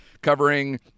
covering